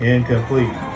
Incomplete